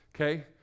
Okay